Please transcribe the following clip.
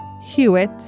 Hewitt